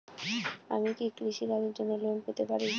আমি কি কৃষি কাজের জন্য লোন পেতে পারি?